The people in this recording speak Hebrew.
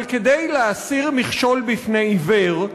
אבל כדי להסיר מכשול בפני עיוור,